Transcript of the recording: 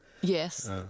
Yes